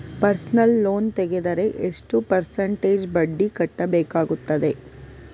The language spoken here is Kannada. ಪರ್ಸನಲ್ ಲೋನ್ ತೆಗೆದರೆ ಎಷ್ಟು ಪರ್ಸೆಂಟೇಜ್ ಬಡ್ಡಿ ಕಟ್ಟಬೇಕಾಗುತ್ತದೆ?